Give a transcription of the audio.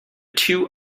two